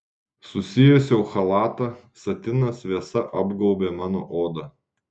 susijuosiau chalatą satinas vėsa apgaubė mano odą